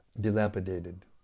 dilapidated